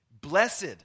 Blessed